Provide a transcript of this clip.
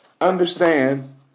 Understand